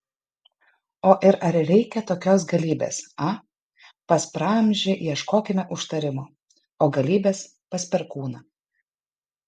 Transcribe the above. o ir ar reikia tokios galybės a pas praamžį ieškokime užtarimo o galybės pas perkūną